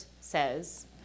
says